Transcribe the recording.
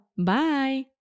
bye